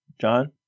John